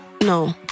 no